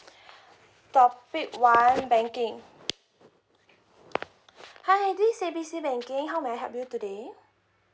topic one banking hi this is A B C banking how may I help you today